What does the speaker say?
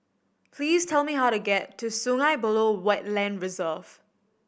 please tell me how to get to Sungei Buloh Wetland Reserve